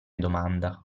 domanda